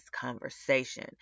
conversation